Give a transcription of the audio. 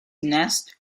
nest